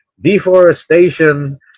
deforestation